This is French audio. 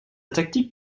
tactique